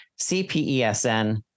CPESN